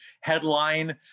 headline